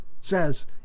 says